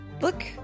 look